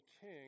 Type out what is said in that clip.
king